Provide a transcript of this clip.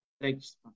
Thanks